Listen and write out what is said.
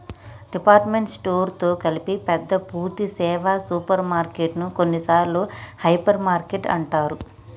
department store తో కలిపి పెద్ద పూర్థి సేవ సూపర్ మార్కెటు ను కొన్నిసార్లు హైపర్ మార్కెట్ అంటారు